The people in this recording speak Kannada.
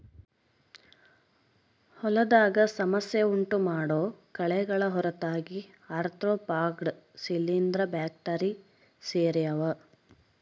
ಹೊಲದಾಗ ಸಮಸ್ಯೆ ಉಂಟುಮಾಡೋ ಕಳೆಗಳ ಹೊರತಾಗಿ ಆರ್ತ್ರೋಪಾಡ್ಗ ಶಿಲೀಂಧ್ರ ಬ್ಯಾಕ್ಟೀರಿ ಸೇರ್ಯಾವ